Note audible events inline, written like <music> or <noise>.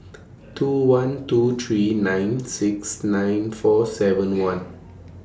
<noise> two one two three nine <noise> six nine four seven <noise> one